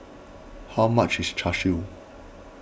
how much is Char Siu